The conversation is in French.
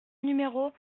numéro